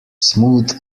smooth